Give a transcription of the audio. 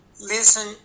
Listen